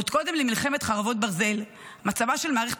עוד קודם למלחמת חרבות ברזל מצבה של מערכת